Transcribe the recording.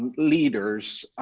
leaders,